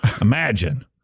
Imagine